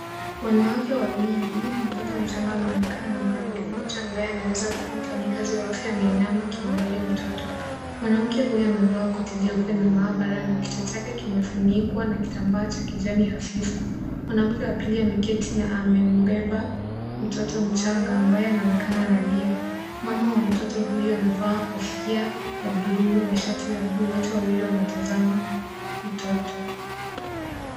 Wanawake wawili na mtoto mchanga wanaonekana. Mwanamke mmoja ambaye anaweza kuwa mfanyikazi wa afya ameinama akimwangalia mtoto. Mwanamke huyo amevaa koti jeue la maabara na kichwa chake kimefunikwa na kitambaa cha kijani hafifu. Mwanamke wa pili ameketi na amembeba mtoto mchanga ambaye anaonekana analia. Mama wa mtoto huyo amevaa kofia ya bluu na shati la bluu. Wote wawili wanatazama mtoto.